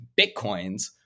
bitcoins